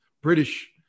British